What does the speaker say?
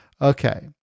Okay